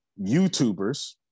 YouTubers